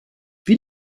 wie